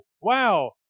wow